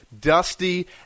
Dusty